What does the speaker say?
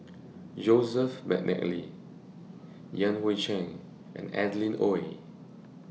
Joseph Mcnally Yan Hui Chang and Adeline Ooi